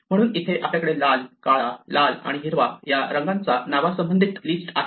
म्हणून इथे आपल्याकडे लाल काळा लाल आणि हिरवा या रंगांच्या नावा संबंधित लिस्ट आहे